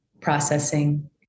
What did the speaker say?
processing